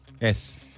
Yes